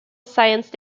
science